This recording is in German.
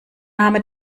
name